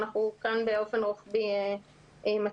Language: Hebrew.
אנחנו כאן באופן רוחבי מתאימים,